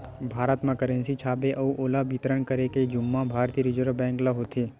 भारत म करेंसी छापे अउ ओला बितरन करे के जुम्मा भारतीय रिजर्व बेंक ल होथे